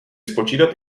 spočítat